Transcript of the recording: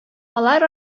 алар